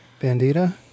Bandita